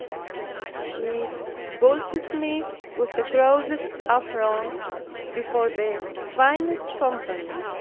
she galled me with the grossest affronts before the finest company.